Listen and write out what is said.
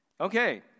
Okay